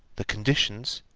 the conditions,